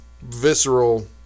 visceral